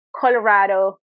Colorado